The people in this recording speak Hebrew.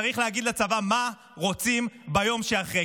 צריך להגיד לצבא מה רוצים ביום שאחרי,